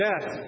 Death